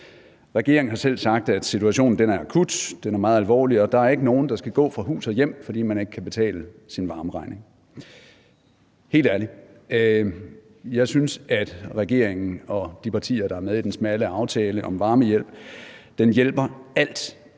Regeringen har selv sagt, at situationen er akut, at den er meget alvorlig, og at der ikke er nogen, der skal gå fra hus og hjem, fordi man ikke kan betale sin varmeregning. Helt ærligt til regeringen og de partier, der er med i den smalle aftale om varmehjælp: Jeg synes, at